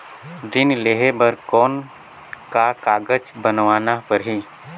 ऋण लेहे बर कौन का कागज बनवाना परही?